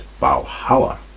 Valhalla